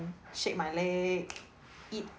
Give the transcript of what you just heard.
shake my leg eat